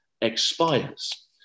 expires